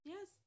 Yes